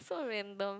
so random